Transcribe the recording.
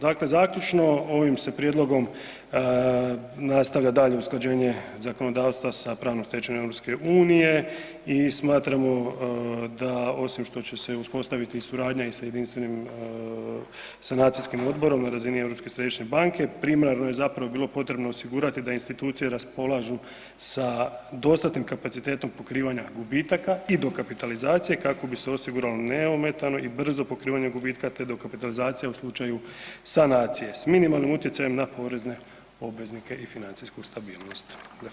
Dakle zaključno, ovim se prijedlogom nastavlja dalje usklađenje zakonodavstva sa pravnom stečevinom EU i smatramo da osim što će se uspostaviti suradnja i sa jedinstvenim sanacijskim odborom na razini Europske središnje banke primarno je bilo potrebno osigurati da institucije raspolažu sa dostatnim kapacitetom pokrivanja gubitaka i dokapitalizacije kako bi se osiguralo neometano i brzo pokrivanje gubitka te dokapitalizacija u slučaju sanacije s minimalnim utjecajem na porezne obveznike i financijsku stabilnost.